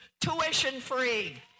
tuition-free